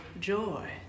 joy